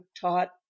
taught